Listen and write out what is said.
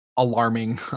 Alarming